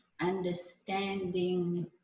understanding